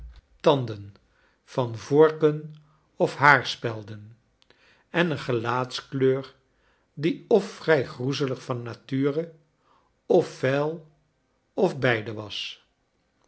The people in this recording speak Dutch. tanden van vorken of haarspelden en een gelaatskleur die of vrij groezelig van natura of vuil of beide was